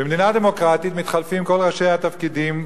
במדינה דמוקרטית מתחלפים כל ראשי התפקידים,